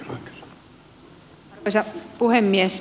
arvoisa puhemies